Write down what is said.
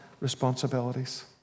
responsibilities